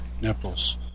nipples